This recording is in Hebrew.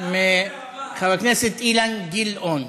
מחבר הכנסת גילאון.